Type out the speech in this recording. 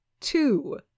two